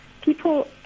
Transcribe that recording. people